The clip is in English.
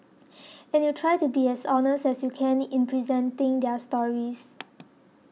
and you try to be as honest as you can in presenting their stories